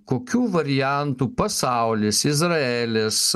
kokių variantų pasaulis izraelis